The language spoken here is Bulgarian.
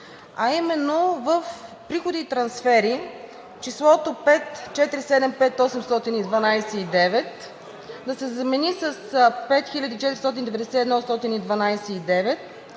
а именно в „Приходи и трансфери“, числото 5 475 812,9 да се замени с 5 491